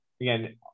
again